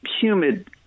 humid